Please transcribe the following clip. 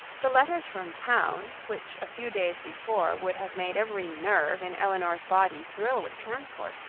the letters from town, which a few days before would have made every nerve in elinor's body thrill with transport,